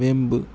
வேம்பு